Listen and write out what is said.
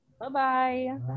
bye-bye